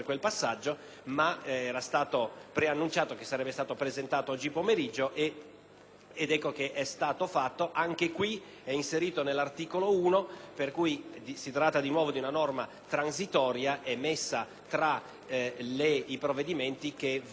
(come poi è stato fatto): se ne prevede l'inserimento nell'articolo 1, per cui si tratta di nuovo di una norma transitoria nell'ambito dei provvedimenti che vengono assunti per rendere possibile l'accorpamento delle elezioni e le particolari modalità